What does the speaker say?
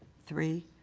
three.